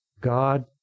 God